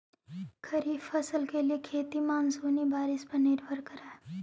खरीफ फसल के लिए खेती मानसूनी बारिश पर निर्भर करअ हई